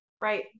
Right